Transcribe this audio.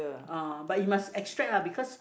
uh but you must extract ah because